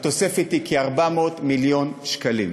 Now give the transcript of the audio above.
התוספת היא כ-400 מיליון שקלים.